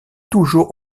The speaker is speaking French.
toujours